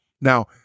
Now